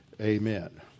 amen